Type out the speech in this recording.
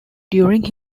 during